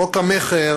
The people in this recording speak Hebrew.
חוק המכר